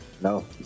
No